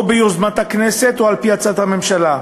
או ביוזמת הכנסת או על-פי הצעת הממשלה.